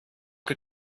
que